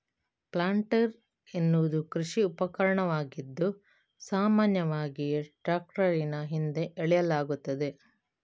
planter ಎನ್ನುವುದು ಕೃಷಿ ಉಪಕರಣವಾಗಿದ್ದು, ಸಾಮಾನ್ಯವಾಗಿ ಟ್ರಾಕ್ಟರಿನ ಹಿಂದೆ ಎಳೆಯಲಾಗುತ್ತದೆ